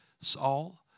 Saul